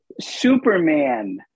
Superman